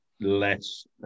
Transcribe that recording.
less